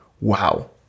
wow